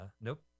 Nope